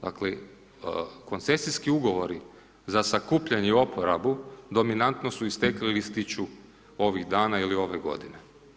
Dakle, koncesijski ugovori za sakupljanje i oporabu dominantno su istekli ili ističu ovih dana ili ove godine.